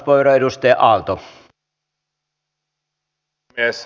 arvoisa herra puhemies